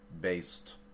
based